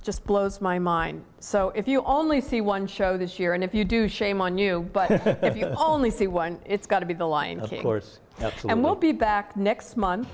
just blows my mind so if you only see one show this year and if you do shame on you but if you only see one it's got to be the line of yours and we'll be back next month